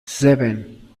seven